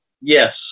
yes